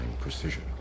precision